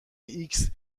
ایکس